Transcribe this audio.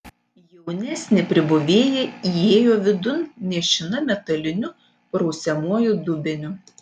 jaunesnė pribuvėja įėjo vidun nešina metaliniu prausiamuoju dubeniu